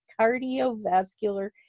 cardiovascular